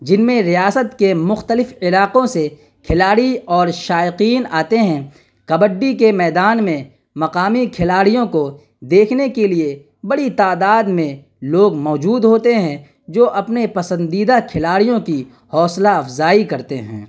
جن میں ریاست کے مختلف علاقوں سے کھلاڑی اور شائقین آتے ہیں کبڈی کے میدان میں مقامی کھلاڑیوں کو دیکھنے کے لیے بڑی تعداد میں لوگ موجود ہوتے ہیں جو اپنے پسندیدہ کھلاڑیوں کی حوصلہ افزائی کرتے ہیں